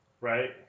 right